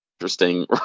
interesting